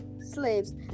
slaves